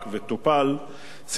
סייע להמון חברות,